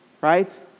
right